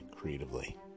creatively